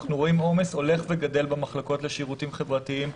אנחנו רואים עומס הולך וגדל במחלקות לשירותים חברתיים.